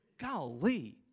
Golly